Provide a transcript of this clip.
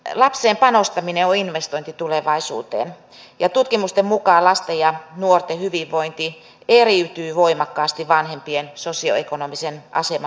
lapseen panostaminen on investointi tulevaisuuteen ja tutkimusten mukaan lasten ja nuorten hyvinvointi eriytyy voimakkaasti vanhempien sosioekonomisen aseman mukaan